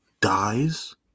dies